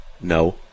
No